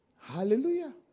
Hallelujah